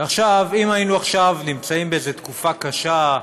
עכשיו, אם היינו עכשיו נמצאים באיזה תקופה קשה,